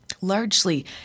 largely